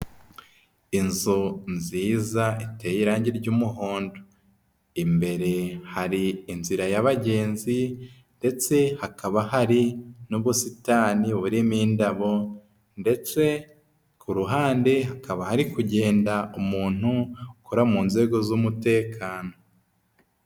Inzu nziza iteye irangi ry'umuhondo imbere hari inzira y'abagenzi ndetse hakaba hari n'ubusitani buririmo indabo ndetse ku ruhande hakaba hari kugenda umuntu ukora mu nzego z'umutekano.